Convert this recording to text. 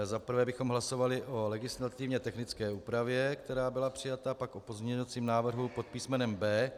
Za prvé bychom hlasovali o legislativně technické úpravě, která byla přijata, pak o pozměňovacím návrhu pod písmenem B.